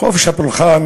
חופש הפולחן